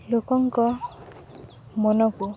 ଲୋକଙ୍କ ମନକୁ